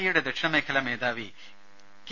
എയുടെ ദക്ഷിണ മേഖല മേധാവി കെ